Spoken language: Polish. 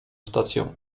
stację